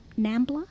NAMBLA